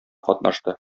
катнашты